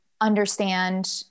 understand